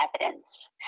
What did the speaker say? evidence